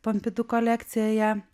pompidu kolekcijoje